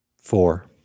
Four